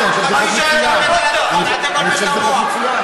פשוט ביקשו ממני, מה זה "ביקשו"?